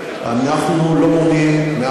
כשאתה לא מתאים את המטבח,